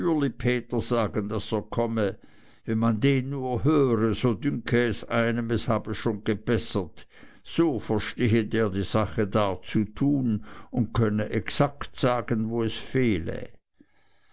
sagen daß er komme wenn man den nur höre so dünke es einem es habe schon gebessert so verstehe der die sache darzutun und könne exakt sagen wo es fehle